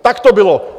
Tak to bylo!